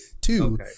Two